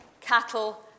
cattle